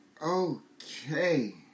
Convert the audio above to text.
Okay